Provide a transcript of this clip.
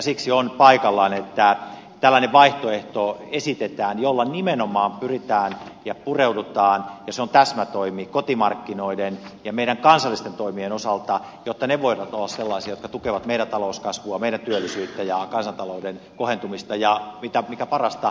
siksi on paikallaan että esitetään tällainen vaihtoehto jolla nimenomaan pyritään ja pureudutaan ja joka on täsmätoimi kotimarkkinoiden ja meidän kansallisten toimien osalta jotta ne voivat olla sellaisia jotka tukevat meidän talouskasvua meidän työllisyyttä ja kansantalouden kohentumista ja mikä parasta ympäri suomen